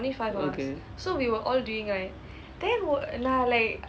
okay